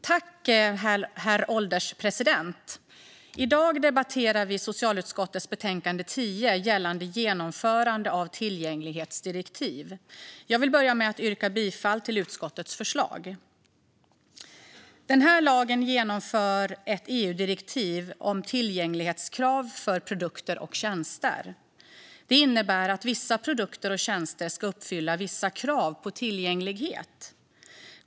Herr ålderspresident! Vi debatterar socialutskottets betänkande 10 om genomförande av tillgänglighetsdirektiv, och jag yrkar bifall till utskottets förslag. I och med denna lag genomförs ett EU-direktiv om tillgänglighetskrav för produkter och tjänster. Det innebär att vissa produkter och tjänster ska uppfylla vissa krav på tillgänglighet.